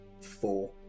four